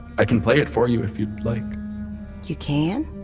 i can play it for you, if you'd like you can?